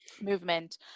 Movement